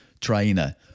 Trainer